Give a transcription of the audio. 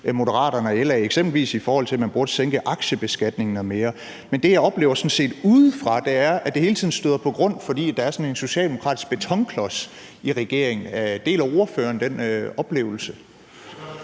med hinanden, eksempelvis i forhold til at man burde sænke aktiebeskatningen mere. Men det, jeg oplever, sådan set udefra, er, at det hele tiden støder på grund, fordi der er sådan en socialdemokratisk betonklods i regeringen. Deler ordføreren den oplevelse?